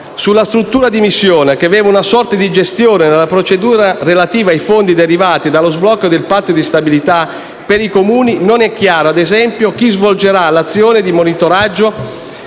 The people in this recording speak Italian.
Sulla struttura di missione, che aveva una sorta di gestione nella procedura relativa ai fondi derivati dallo sblocco del patto di stabilità per i Comuni, non è chiaro - ad esempio - chi svolgerà l'azione di monitoraggio